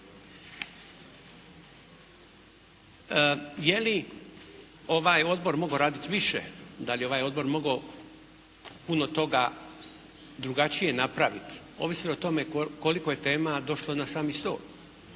Je li ovaj odbor mogao raditi više, da li je ovaj odbor mogao puno toga drugačije napraviti ovisi o tome koliko je tema došlo na sami stol.